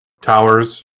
towers